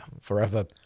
Forever